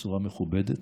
בצורה מכובדת.